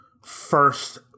first